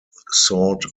sought